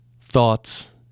thoughts